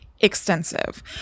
Extensive